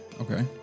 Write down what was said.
okay